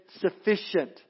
sufficient